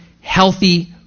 healthy